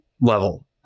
level